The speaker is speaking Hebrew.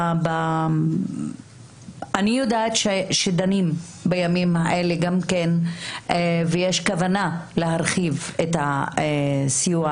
אני יודעת שדנים בימים אלה ויש כוונה להרחיב את הסיוע